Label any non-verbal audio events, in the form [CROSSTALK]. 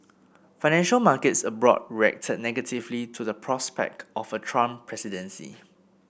financial markets abroad [UNINTELLIGIBLE] negatively to the prospect of a Trump presidency